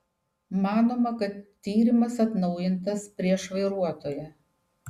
manoma kad tyrimas atnaujintas prieš vairuotoją